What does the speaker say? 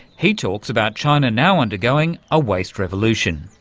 he talks about china now undergoing a waste revolution.